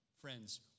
Friends